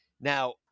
Now